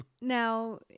Now